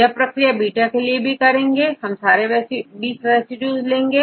यह प्रक्रिया बीटा के लिए करते हैं इसमें भी सभी 20 रेसिड्यूज लेंगे